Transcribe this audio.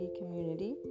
community